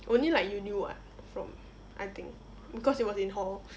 only like you knew [what] from I think because it was in hall